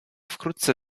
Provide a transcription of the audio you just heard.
wkrótce